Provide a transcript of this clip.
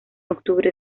octubre